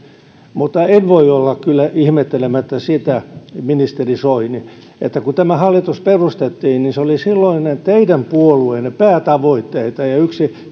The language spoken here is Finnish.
mutta en voi kyllä olla ihmettelemättä sitä ministeri soini että kun tämä hallitus perustettiin niin se oli silloin teidän puolueenne päätavoitteita ja yksi